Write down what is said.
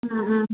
ꯎꯝ ꯎꯝ